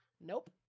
nope